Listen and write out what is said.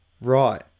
Right